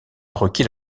requis